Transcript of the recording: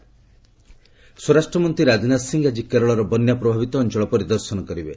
ରାଜନାଥ କେରଳ ସ୍ୱରାଷ୍ଟ୍ର ମନ୍ତ୍ରୀ ରାଜନାଥ ସିଂ ଆଜି କେରଳର ବନ୍ୟା ପ୍ରଭାବିତ ଅଞ୍ଚଳ ପରିଦର୍ଶନ କରିବେ